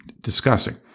discussing